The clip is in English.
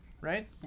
Right